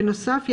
בנוסף,